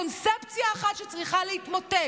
אם יש קונספציה אחת שצריכה להתמוטט,